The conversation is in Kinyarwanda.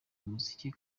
umuziki